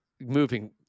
Moving